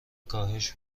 کاهش